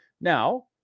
Now